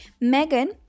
Megan